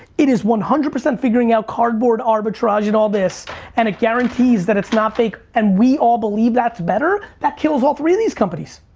it is one hundred percent figuring out cardboard arbitrage and all this and it guarantees that it's not fake and we all believe that's better, that kills all three of these companies!